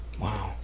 Wow